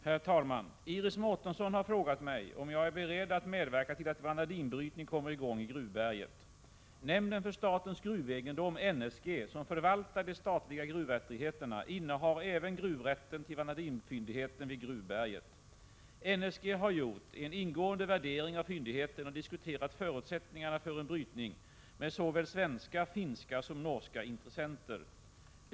Herr talman! Iris Mårtensson har frågat mig om jag är beredd att medverka till att vanadinbrytning kommer i gång i Gruvberget. Nämnden för statens gruvegendom , som förvaltar de statliga gruvrättigheterna, innehar även gruvrätten till vanadinfyndigheten vid Gruvberget. NSG har gjort en ingående värdering av fyndigheten och diskuterat förutsättningarna för en brytning med såväl svenska, finska som norska intressenter.